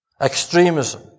extremism